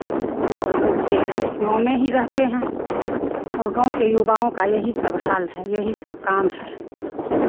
और बच्चे गाँव में ही रहते हैं और गाँव के युवाओं का यही सब हाल है यही सब काम है